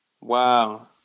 Wow